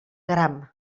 gram